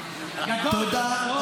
--- ולא יצאה.